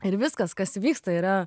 ir viskas kas vyksta yra